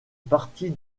partie